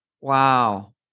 Wow